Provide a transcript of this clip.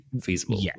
feasible